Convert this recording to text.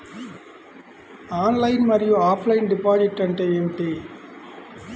Online మరియు offline deposit అంటే ఏమిటి?